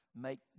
make